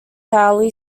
hourly